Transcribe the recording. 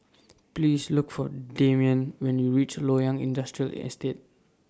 Please Look For Demian when YOU REACH Loyang Industrial Estate